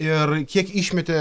ir kiek išmetė